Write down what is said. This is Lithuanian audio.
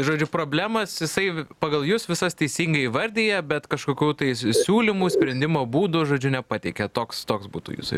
žodžiu problemas jisai pagal jus visas teisingai įvardija bet kažkokių tais siūlymų sprendimo būdų žodžiu nepateikė toks toks būtų jūsų